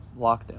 lockdown